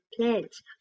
plants